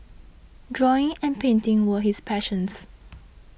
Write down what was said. drawing and painting were his passions